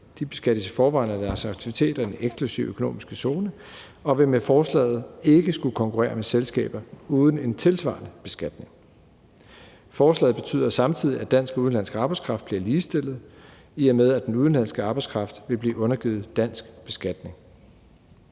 De beskattes i forvejen af deres aktiviteter i den eksklusive økonomiske zone og vil med forslaget ikke skulle konkurrere med selskaber uden en tilsvarende beskatning. Forslaget betyder samtidig, at dansk og udenlandsk arbejdskraft bliver ligestillet, i og med at den udenlandske arbejdskraft vil blive undergivet dansk beskatning.